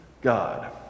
god